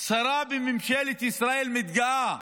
שרה בממשלת ישראל מתגאה: